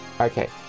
Okay